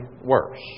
worse